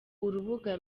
urubuga